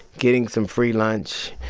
getting some free lunch,